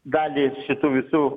dalį šitų visų